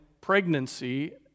pregnancy